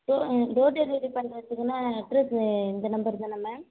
door door delivery பண்ணுறதுக்குலாம் address இந்த number தானே மேம்